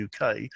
UK